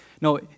No